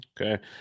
Okay